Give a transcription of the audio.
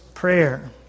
Prayer